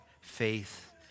Faith